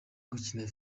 gukina